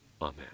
Amen